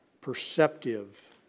perceptive